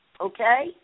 okay